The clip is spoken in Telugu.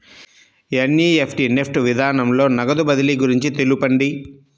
ఎన్.ఈ.ఎఫ్.టీ నెఫ్ట్ విధానంలో నగదు బదిలీ గురించి తెలుపండి?